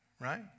Right